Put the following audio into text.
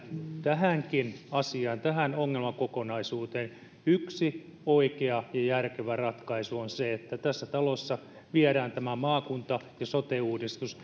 tähänkin asiaan tähän ongelmakokonaisuuteen yksi oikea ja järkevä ratkaisu on se että tässä talossa viedään tämä maakunta ja sote uudistus